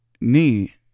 knee